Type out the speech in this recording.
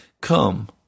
come